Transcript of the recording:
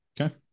Okay